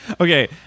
okay